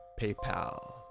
PayPal